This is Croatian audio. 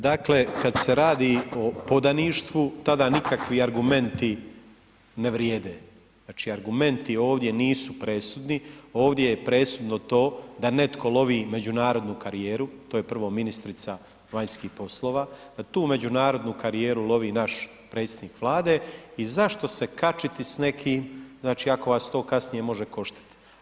Dakle, kad se radi o podaništvu tada nikakvi argumenti ne vrijede, znači argumenti ovdje nisu presudni, ovdje je presudno to da netko lovi međunarodnu karijeru, to je prvo ministrica vanjskih poslova, da tu međunarodnu karijeru lovi naš predsjednik Vlade i zašto se kačiti s nekim znači ako vas to kasnije može koštati.